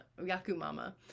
Yakumama